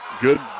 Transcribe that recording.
Good